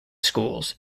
schools